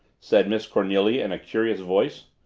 said miss cornelia in a curious voice.